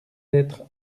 être